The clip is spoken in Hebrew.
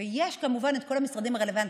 וכמובן כל המשרדים הרלוונטיים,